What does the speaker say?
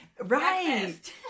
right